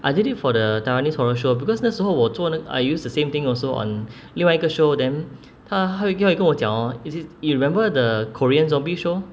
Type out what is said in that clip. I did it for the taiwanese horror show because 那时候我做那个 I use the same thing also on 另外一个 show then 他他会他会跟我讲 orh is it you remember the korean zombie show